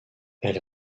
elle